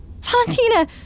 Valentina